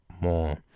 more